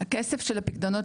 הכסף של הפיקדונות,